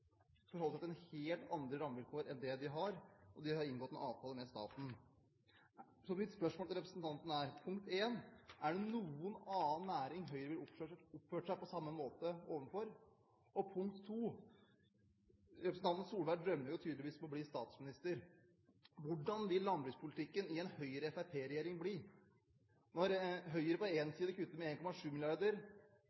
forholde seg til helt andre rammevilkår enn det de har, og de har inngått en avtale med staten. Så mine spørsmål til representanten er, punkt én: Er det noen annen næring Høyre ville oppført seg på samme måte overfor? Punkt to: Representanten Solberg drømmer jo tydeligvis om å bli statsminister. Hvordan vil landbrukspolitikken i en Høyre–Fremskrittsparti-regjering bli når Høyre på